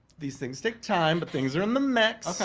these things take time, but things are in the mix.